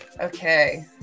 okay